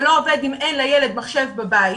זה לא עובד אם אין לילד מחשב בבית,